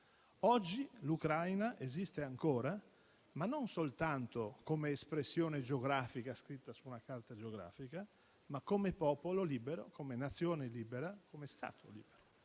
che l'Ucraina esiste ancora, non soltanto come espressione geografica scritta su una carta geografica, ma come popolo libero, come Nazione libera, come Stato libero.